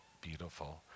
beautiful